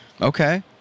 Okay